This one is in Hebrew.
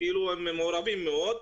הם מעורבים מאוד.